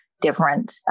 different